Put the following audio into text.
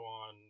on